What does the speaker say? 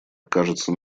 окажется